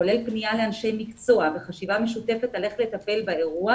כולל פנייה לאנשי מקצוע וחשיבה משותפת על איך לטפל באירוע,